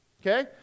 Okay